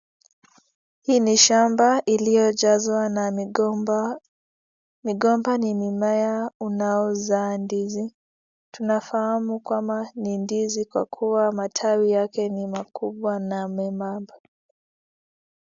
Hii ni shamba iliojazwa na migomba. tunafahamu kuwa ni ndizi kuwa matawi ni makubwa na membamba